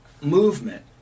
movement